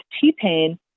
T-Pain